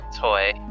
toy